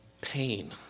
Pain